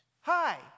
hi